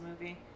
movie